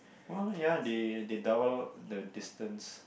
!wow! ya they they double the distance